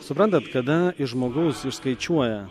suprantat kada iš žmogus išskaičiuoja